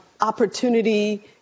opportunity